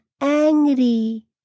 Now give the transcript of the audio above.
angry